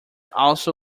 also